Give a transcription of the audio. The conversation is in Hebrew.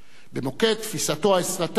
במוקד תפיסתו האסטרטגית